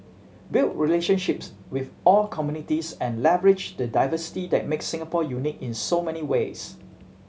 build relationships with all communities and leverage the diversity that makes Singapore unique in so many ways